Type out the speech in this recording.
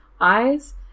eyes